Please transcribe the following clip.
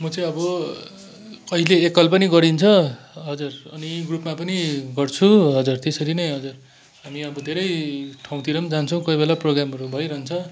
म चाहिँ अब कहिले एकल पनि गरिन्छ हजुर अनि ग्रुपमा पनि गर्छु हजुर त्यसरी नै हजुर हामी अब धेरै ठाउँतिर पनि जान्छौँ कोही बेला प्रोग्रामहरू भइरहन्छ